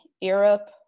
Europe